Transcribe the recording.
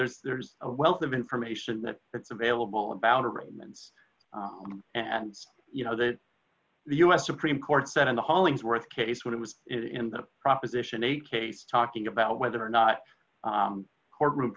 there's there's a wealth of information that it's available about arrangements and you know that the u s supreme court said in the hollingsworth case what it was in the proposition eight case talking about whether or not courtroom